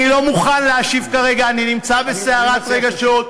אני לא מוכן להשיב כרגע, אני נמצא בסערת רגשות.